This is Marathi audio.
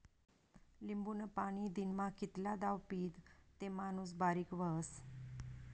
लिंबूनं पाणी दिनमा कितला दाव पीदं ते माणूस बारीक व्हस?